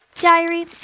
Diary